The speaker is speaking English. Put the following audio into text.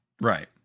Right